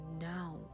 now